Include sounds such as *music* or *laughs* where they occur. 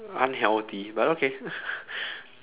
unhealthy but okay *laughs*